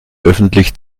öffentlich